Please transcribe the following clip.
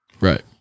Right